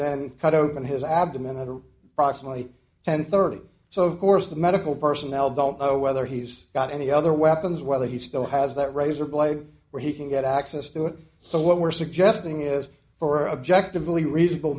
then cut open his abdomen and proximately ten thirty so of course the medical personnel don't know whether he's got any other weapons whether he still has that razor blade where he can get access to it so what we're suggesting is for objective only reasonable